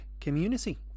community